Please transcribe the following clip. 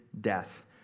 death